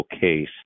case